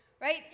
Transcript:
Right